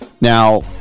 now